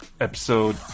episode